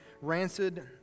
rancid